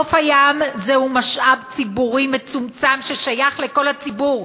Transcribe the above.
חוף הים הוא משאב ציבורי מצומצם ששייך לכל הציבור,